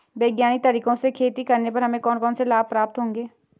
वैज्ञानिक तरीके से खेती करने पर हमें कौन कौन से लाभ प्राप्त होंगे?